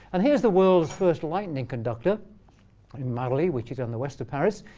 and here's the world's first lightning conductor in marly, which is on the west of paris.